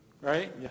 right